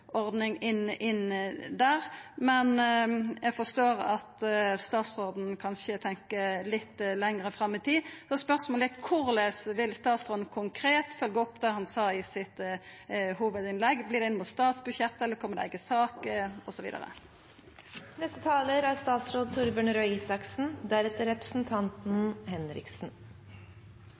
ordning i revidert, men eg forstår at statsråden kanskje tenkjer litt lengre fram i tid. Spørsmålet er: Korleis vil statsråden konkret følgja opp det han sa i hovudinnlegget sitt? Vert det innanfor statsbudsjettet, kjem det ei eiga sak,